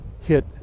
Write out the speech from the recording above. hit